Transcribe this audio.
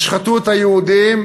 ישחטו את היהודים,